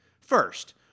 First